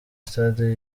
stade